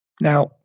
Now